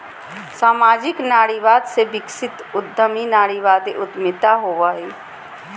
सामाजिक नारीवाद से विकसित उद्यमी नारीवादी उद्यमिता होवो हइ